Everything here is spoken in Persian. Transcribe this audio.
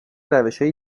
روشهای